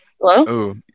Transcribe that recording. Hello